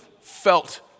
felt